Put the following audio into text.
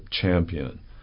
champion